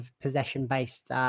possession-based